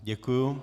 Děkuju.